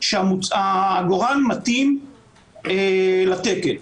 שהעגורן מתאים לתקן.